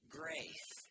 grace